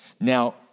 Now